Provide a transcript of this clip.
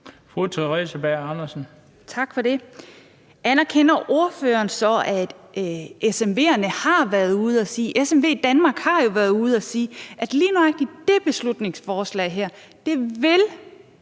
Theresa Berg Andersen (SF): Tak for det. Anerkender ordføreren så, at SMVdanmark jo har været ude at sige, at lige nøjagtig det beslutningsforslag her vil